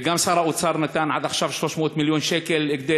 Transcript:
וגם שר האוצר נתן עד עכשיו 300 מיליון שקל כדי